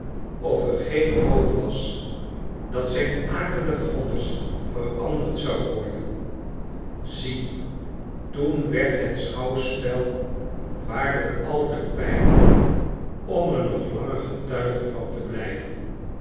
of er geen hoop was dat zijn akelig vonnis veranderd zou worden zie toen werd het schouwspel waarlijk al te pijnlijk om er nog langer getuige van te blijven